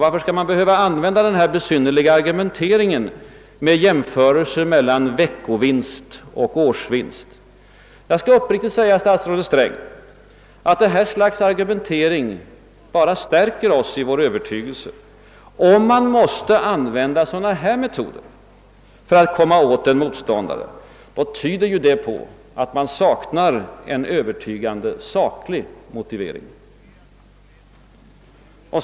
Varför skall man behöva använda den besynnerliga argumenteringen med jämförelser mellan veckovinst och årsvinst? Jag skall uppriktigt säga statsrådet Sträng att detta slag av argumentering bara stärker oss i vår övertygelse. Om man måste använda dylika metoder för att komma åt en motståndare tyder det på att man saknar en övertygande saklig motivering.